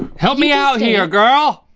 help me out here, girl!